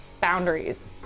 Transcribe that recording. boundaries